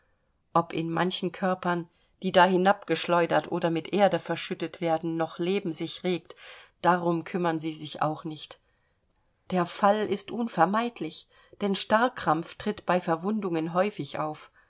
ob in manchen körpern die da hinabgeschleudert oder mit erde verschüttet werden noch leben sich regt darum kümmern sie sich auch nicht der fall ist unvermeidlich denn starrkrampf tritt bei verwundungen häufig auf